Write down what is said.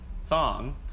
song